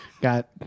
got